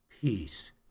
peace